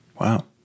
Wow